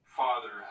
father